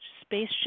spaceship